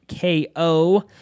KO